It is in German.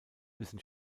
müssen